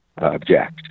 object